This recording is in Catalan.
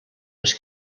les